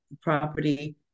property